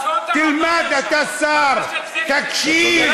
סליחה, זאת הרמה, תלמד, אתה שר, תקשיב.